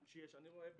אני רואה מה